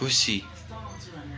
खुसी